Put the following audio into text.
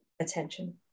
attention